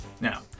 Now